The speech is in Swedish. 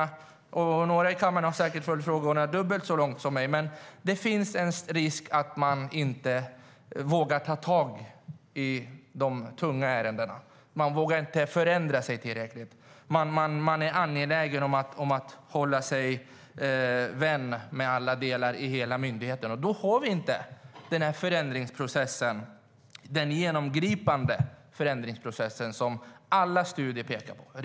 Det känner vi i kammaren till som har följt de här frågorna, några säkert dubbelt så länge som jag. Det finns en risk för att man inte vågar förändra sig tillräckligt. Man är angelägen om att hålla sig vän med alla delar av myndigheten, och då får vi inte den genomgripande förändringsprocess som alla studier pekar på behövs.